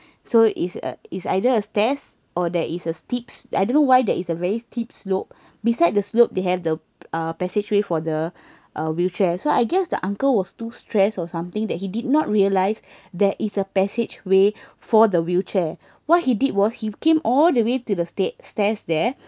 so is uh is either a stairs or there is a steep I don't know why there is a very steep slope beside the slope they have the uh passageway for the uh wheelchair so I guess the uncle was too stress or something that he did not realize there is a passageway for the wheelchair what he did was he came all the way to the sta~ stairs there